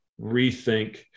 rethink